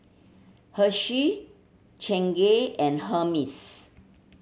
Hershey Chingay and Hermes